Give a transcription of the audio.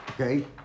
Okay